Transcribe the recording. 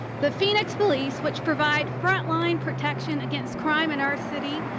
the phoenix police, which provide frontline protection against crime in our city,